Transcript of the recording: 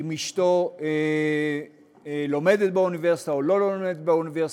אם אשתו לומדת באוניברסיטה או לא לומדת באוניברסיטה,